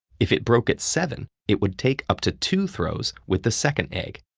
if it broke at seven, it would take up to two throws with the second egg.